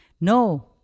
No